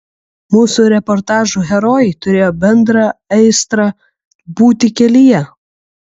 mūsų reportažų herojai turėjo bendrą aistrą būti kelyje